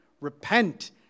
Repent